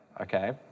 okay